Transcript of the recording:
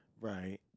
Right